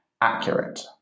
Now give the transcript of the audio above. accurate